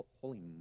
holy